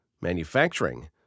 manufacturing